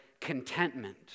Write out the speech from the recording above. contentment